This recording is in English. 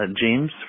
James